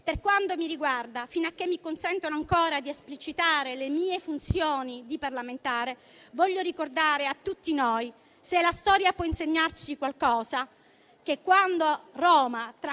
Per quanto mi riguarda, fino a che mi consentono di esplicitare le mie funzioni di parlamentare, voglio ricordare a tutti noi - se la storia può insegnarci qualcosa - che quando Roma, tra le